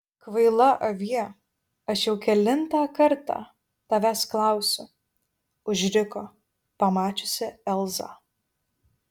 kvaila avie aš jau kelintą kartą tavęs klausiu užriko pamačiusi elzą